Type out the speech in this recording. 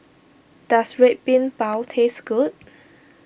does Red Bean Bao taste good